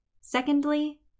Secondly